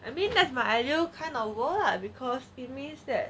I mean that's my ideal kind of world lah because it means that